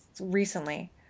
recently